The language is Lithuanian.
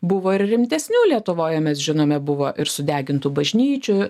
buvo ir rimtesnių lietuvoje mes žinome buvo ir sudegintų bažnyčių